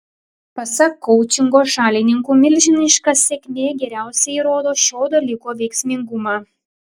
pasak koučingo šalininkų milžiniška sėkmė geriausiai įrodo šio dalyko veiksmingumą